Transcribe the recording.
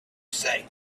say